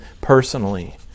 personally